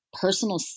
personal